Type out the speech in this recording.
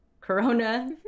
Corona